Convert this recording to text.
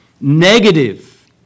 negative